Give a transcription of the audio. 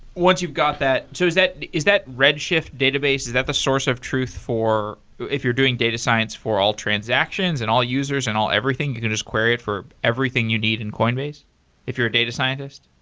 once you've got that so is that is that redshift database, is that the source of truth if you're doing data science for all transactions and all users and all everything, you can just query it for everything you need in coinbase if you're a data scientist?